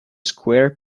square